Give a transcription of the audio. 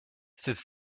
cette